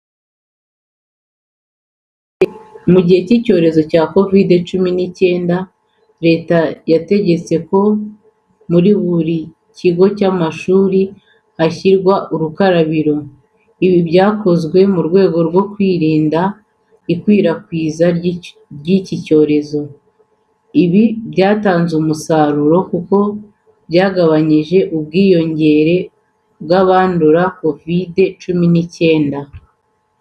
Mu gihe cy'icyorezo cya Kovide cumi n'icyenda Leta yategetse ko muri buri kigo cy'amashuri hashyirwa ubukarabiro. Ibi byakozwe mu rwego rwo kwirinda ikwirakwira ry'iki cyorezo. Ibi byatanze imusaruro kuko byagabanyije ubwiyongere bw'abandura Kovide cumi n'icyenda.